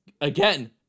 again